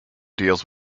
deals